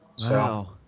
Wow